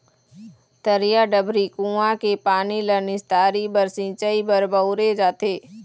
तरिया, डबरी, कुँआ के पानी ल निस्तारी बर, सिंचई बर बउरे जाथे